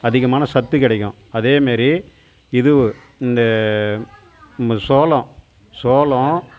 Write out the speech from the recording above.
அதிகமான சத்து கிடைக்கும் அதே மாரி இது இந்த உங்கள் சோளம் சோளம்